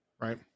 Right